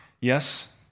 Yes